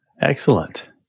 Excellent